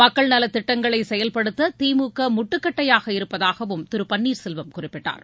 மக்கள் நலத் திட்டங்களைச் செயல்படுத்த திமுக முட்டுக்கட்டையாக இருப்பதாகவும் திரு பன்னீர்செல்வம் குறிப்பிட்டார்